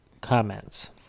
comments